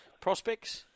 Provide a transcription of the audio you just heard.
prospects